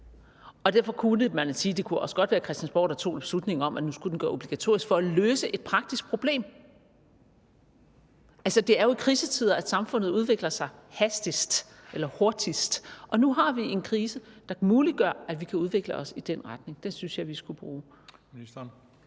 Og derfor kunne man jo sige, at det også godt kunne være Christiansborg, der tog beslutningen om, at nu skulle den gøres obligatorisk for at løse et praktisk problem. Altså, det er jo i krisetider, at samfundet udvikler sig hastigst, eller hurtigst, og nu har vi en krise, der muliggør, at vi kan udvikle os i den retning. Den synes jeg vi skulle bruge.